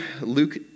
Luke